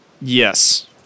Yes